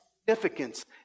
significance